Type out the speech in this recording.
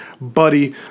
buddy